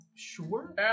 Sure